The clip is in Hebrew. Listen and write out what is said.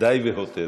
די והותר זמן.